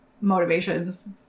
motivations